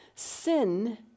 Sin